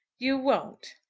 you won't?